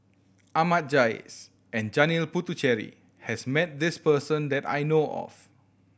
Ahmad Jais and Janil Puthucheary has met this person that I know of